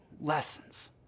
lessons